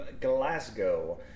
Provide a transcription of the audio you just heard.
Glasgow